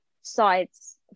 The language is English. sides